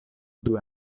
due